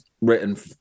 written